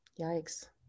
Yikes